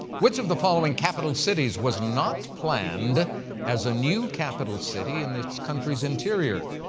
which of the following capital cities was not planned as a new capital city in its country's interior?